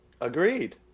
Agreed